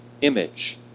image